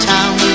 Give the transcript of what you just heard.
Town